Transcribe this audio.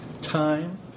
Time